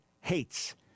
hates